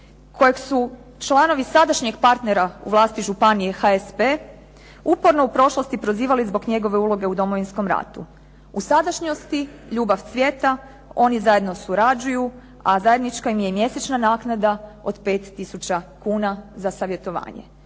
kojeg su članovi sadašnjeg partnera u vlasti županije HSP uporno u prošlosti prozivali zbog njegove uloge u Domovinskom ratu. U sadašnjosti ljubav cvjeta. Oni zajedno surađuju, a zajednička im je i mjesečna naknada od 5000 kuna za savjetovanje.